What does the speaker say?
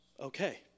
Okay